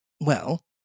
Well